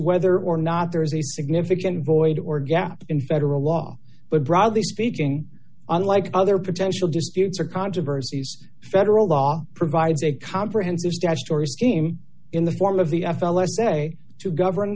whether or not there is a significant void or gaps in federal law but broadly speaking unlike other potential disputes or controversies federal law provides a comprehensive statutory scheme in the form of the f l s say to govern